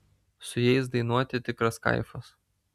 su jais dainuoti tikras kaifas